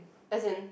as in